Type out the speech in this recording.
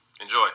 Enjoy